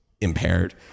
impaired